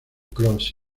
cross